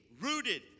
rooted